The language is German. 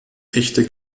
echte